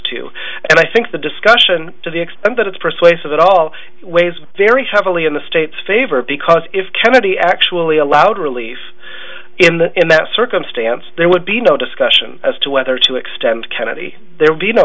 to and i think the discussion to the extent that it's persuasive at all weighs very heavily in the state's favor because if kennedy actually allowed relief in the in that circumstance there would be no discussion as to whether to extend kennedy there would be no